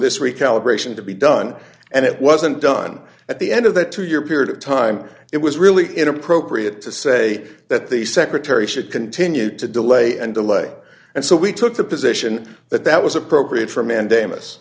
this recalibration to be done and it wasn't done at the end of that two year period of time it was really inappropriate to say that the secretary should continue to delay and delay and so we took the position that that was appropriate for manda